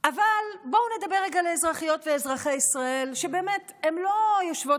אבל בואו נדבר רגע על אזרחיות ואזרחי ישראל שבאמת לא יושבות